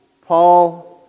Paul